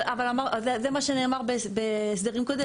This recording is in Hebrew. אבל זה מה שנאמר בהסדר קודם.